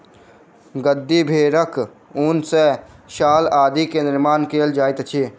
गद्दी भेड़क ऊन सॅ शाल आदि के निर्माण कयल जाइत अछि